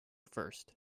first